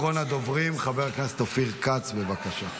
אחרון הדוברים, חבר הכנסת אופיר כץ, בבקשה.